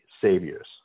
saviors